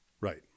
Right